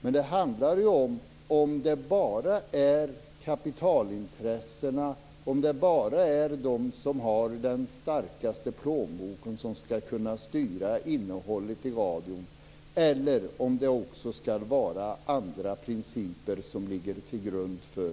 Men det handlar om huruvida det bara är kapitalintressena, om det bara är de som har den starkaste plånboken som skall kunna styra innehållet i radion, eller om det skall vara andra principer som skall ligga till grund för